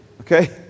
okay